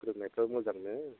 फोरोंनायफ्राबो मोजां नो